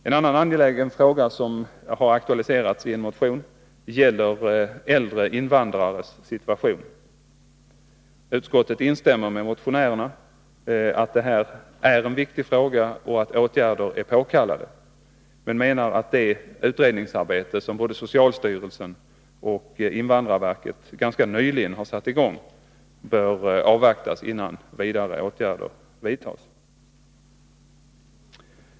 En annan angelägen fråga som har aktualiserats i en motion gäller äldre invandrares situation. Utskottet instämmer med motionärerna. Man anser att det är en viktig fråga och att åtgärder är påkallade. Men man menar att det utredningsarbete som både socialstyrelsen och invandrarverket ganska nyligen har satt i gång bör avvaktas innan vidare åtgärder vidtas.